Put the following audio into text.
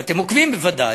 ואתם עוקבים בוודאי,